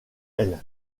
elles